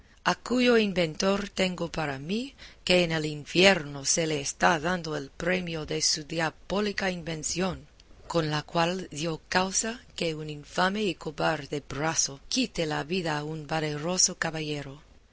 a cuyo inventor tengo para mí que en el infierno se le está dando el premio de su diabólica invención con la cual dio causa que un infame y cobarde brazo quite la vida a un valeroso caballero